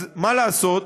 אז מה לעשות,